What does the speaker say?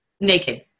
Naked